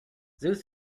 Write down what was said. zeus